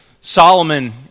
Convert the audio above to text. Solomon